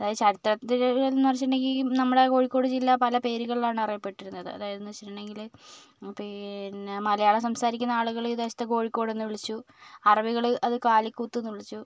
അതായത് ചരിത്രത്തിൽ എന്ന് വെച്ചിട്ടുണ്ടെങ്കിൽ ഈ നമ്മുടെ കോഴിക്കോട് ജില്ല പല പേരുകളിലാണ് അറിയപ്പെട്ടിരുന്നത് അതായത് എന്ന് വെച്ചിട്ടുണ്ടെങ്കിൽ പിന്നെ മലയാളം സംസാരിക്കുന്ന ആളുകൾ ഈ ദേശത്തെ കോഴിക്കോട് എന്ന് വിളിച്ചു അറബികൾ അത് കാലികൂത്ത് എന്ന് വിളിച്ചു